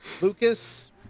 Lucas